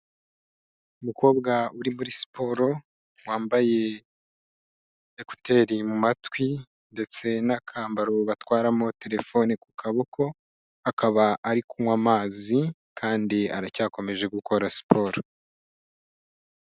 umukobwa uri muri siporo wambaye ekuteri mu matwi ndetse n'akambaro batwaramo telefone ku kaboko akaba ari kunywa amazi kandi aracyakomeje gukora siporo